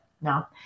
No